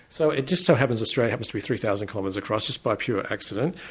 so it just so happens australia happens to be three thousand kilometres across, just by pure accident.